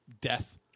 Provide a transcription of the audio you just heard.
death